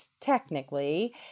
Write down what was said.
technically